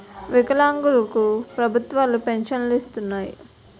వికలాంగులు కు ప్రభుత్వాలు పెన్షన్ను ఇస్తున్నాయి